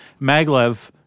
maglev